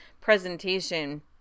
presentation